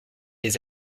les